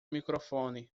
microfone